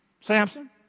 Samson